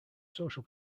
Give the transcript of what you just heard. social